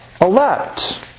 elect